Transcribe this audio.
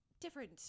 different